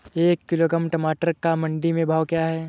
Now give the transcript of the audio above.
एक किलोग्राम टमाटर का मंडी में भाव क्या है?